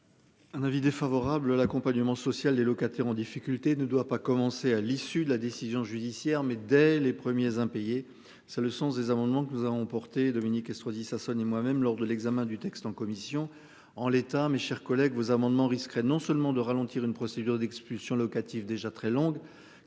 Un avis défavorable, l'accompagnement social des locataires en difficulté ne doit pas commencer à l'issue de la décision judiciaire, mais dès les premiers impayés. C'est le sens des amendements que nous avons porté Dominique Estrosi Sassone et moi-même lors de l'examen du texte en commission en l'état. Mes chers collègues, vos amendements risquerait non seulement de ralentir une procédure d'expulsion locative déjà très longue